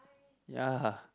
ya